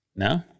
No